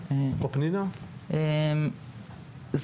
זה